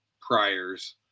priors